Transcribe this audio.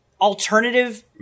alternative